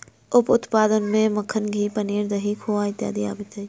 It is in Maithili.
उप उत्पाद मे मक्खन, घी, पनीर, दही, खोआ इत्यादि अबैत अछि